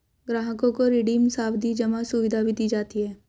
ग्राहकों को रिडीम सावधी जमा सुविधा भी दी जाती है